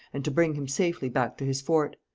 and to bring him safely back to his fort.